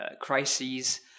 crises